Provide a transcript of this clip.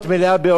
ברצינות,